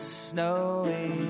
snowy